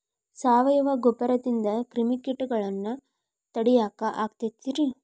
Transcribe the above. ಸಾವಯವ ಗೊಬ್ಬರದಿಂದ ಕ್ರಿಮಿಕೇಟಗೊಳ್ನ ತಡಿಯಾಕ ಆಕ್ಕೆತಿ ರೇ?